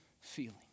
feeling